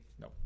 No